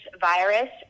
virus